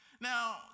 Now